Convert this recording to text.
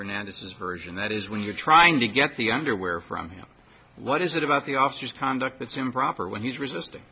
fernandez's version that is when you're trying to get the underwear from him what is it about the officers conduct that's improper when he's resisting